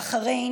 בבחריין,